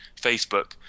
Facebook